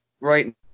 Right